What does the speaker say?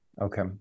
Okay